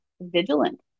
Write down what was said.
vigilant